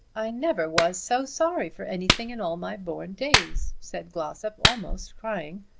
i never was so sorry for anything in all my born days, said glossop, almost crying.